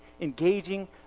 engaging